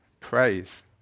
praise